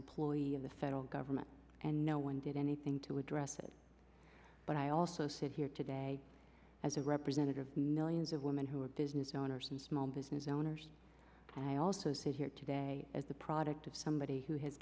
employee of the federal government and no one did anything to address it but i also sit here today as a representative millions of women who have business owners and small business owners i also see here today as the product of somebody who has